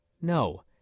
no